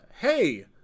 hey